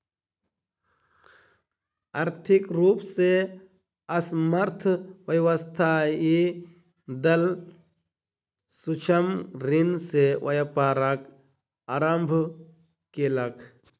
आर्थिक रूप से असमर्थ व्यवसायी दल सूक्ष्म ऋण से व्यापारक आरम्भ केलक